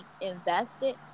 invested